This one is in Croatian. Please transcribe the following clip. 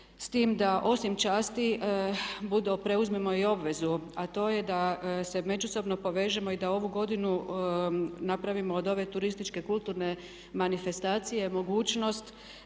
s tim da osim časti preuzmemo i obvezu a to je da se međusobno povežemo i da ovu godinu napravimo od ove turističke kulturne manifestacije mogućnost